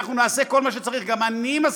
אנחנו נעשה כל מה שצריך, גם אני מסכים,